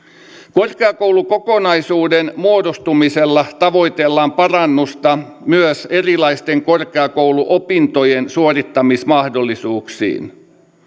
korkeakoulukokonaisuuden muodostumisella tavoitellaan parannusta myös erilaisten korkeakouluopintojen suorittamismahdollisuuksiin